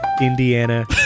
indiana